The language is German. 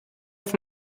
auf